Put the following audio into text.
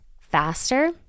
faster